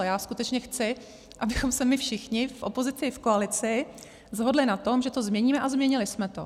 Já skutečně chci, abychom se my všichni v opozici i v koalici shodli na tom, že to změníme, a změnili jsme to.